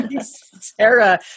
Sarah